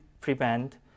prevent